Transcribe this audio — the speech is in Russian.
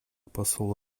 посол